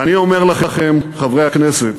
אני אומר לכם, חברי הכנסת,